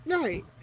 Right